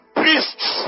priests